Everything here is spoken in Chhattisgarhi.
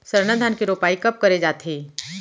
सरना धान के रोपाई कब करे जाथे?